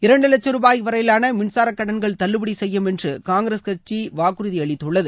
இரண்டு லட்சும் ரூபாய் வரையிலாள மின்சார கடன்கள் தள்ளுபடி செய்யப்படும் என்று காங்கிரஸ் கட்சி வாக்குறுதி அளித்துள்ளது